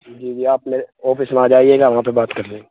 جی جی آپ میرے آفس میں آ جائیے گا وہاں پہ بات کر لیں گے